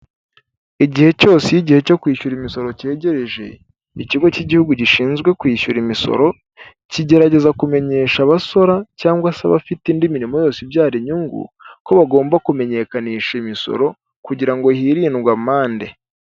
Igihe cyose iyo igihe cyo kwishyura imisoro cyegereje, ikigo cy'igihugu gishinzwe kwishyura imisoro kigerageza kumenyesha abasora cyangwa se abafite indi mirimo yose ibyara inyungu ko bagomba kumenyekanisha imisoro kugira ngo hirindwe amande.